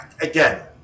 again